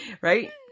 right